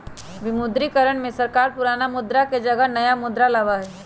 विमुद्रीकरण में सरकार पुराना मुद्रा के जगह नया मुद्रा लाबा हई